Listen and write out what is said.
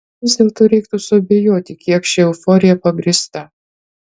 ir vis dėlto reiktų suabejoti kiek ši euforija pagrįsta